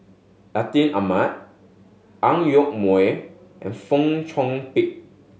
Atin Amat Ang Yoke Mooi and Fong Chong Pik